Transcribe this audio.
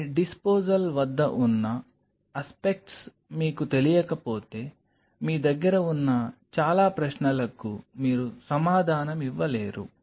మీ disposal వద్ద ఉన్న aspects మీకు తెలియకపోతే మీ దగ్గర ఉన్న చాలా ప్రశ్నలకు మీరు సమాధానమివ్వలేరు